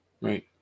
Right